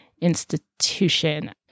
institution